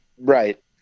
Right